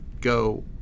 go